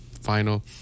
final